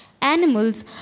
animals